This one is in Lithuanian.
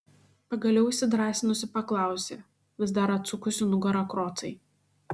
pagaliau įsidrąsinusi paklausė vis dar atsukusi nugarą krocai